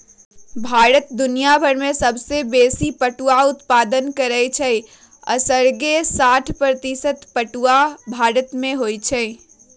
भारत दुनियाभर में सबसे बेशी पटुआ उत्पादन करै छइ असग्रे साठ प्रतिशत पटूआ भारत में होइ छइ